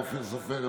אופיר סופר,